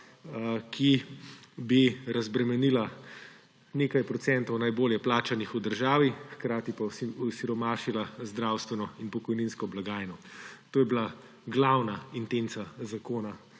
ki bi razbremenila nekaj procentov najbolje plačanih v državi, hkrati pa osiromašila zdravstveno in pokojninsko blagajno. To je bila glavna intenca zakona,